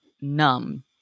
numb